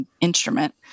instrument